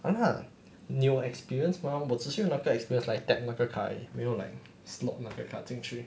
!alah! 你有 experience mah 我只是有那个 experience like tap 那个 card 而已没有 like slot 那个 card 进去